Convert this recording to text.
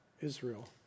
Israel